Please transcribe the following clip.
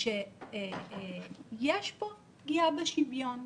שיש פה פגיעה בשוויון,